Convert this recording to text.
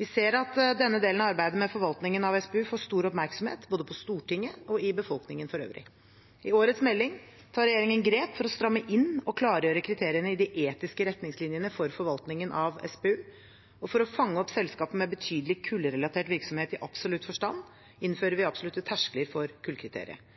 Vi ser at denne delen av arbeidet med forvaltningen av SPU får stor oppmerksomhet både på Stortinget og i befolkningen for øvrig. I årets melding tar regjeringen grep for å stramme inn og klargjøre kriteriene i de etiske retningslinjene for forvaltningen av SPU. For å fange opp selskaper med betydelig kullrelatert virksomhet i absolutt forstand innfører vi absolutte terskler for kullkriteriet.